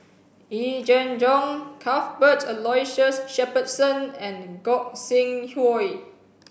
Yee Jenn Jong Cuthbert Aloysius Shepherdson and Gog Sing Hooi